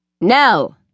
No